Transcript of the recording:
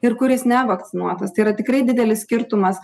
ir kuris nevakcinuotas tai yra tikrai didelis skirtumas